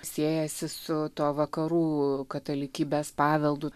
siejasi su tuo vakarų katalikybės paveldu